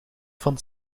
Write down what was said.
van